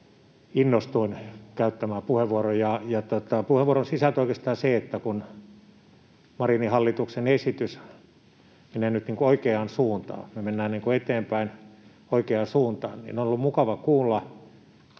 innostuin käyttämään puheenvuoron. Puheenvuoron sisältö on oikeastaan se, että kun Marinin hallituksen esitys menee nyt oikeaan suuntaan — me mennään eteenpäin, oikeaan suuntaan — niin on ollut mukava kuulla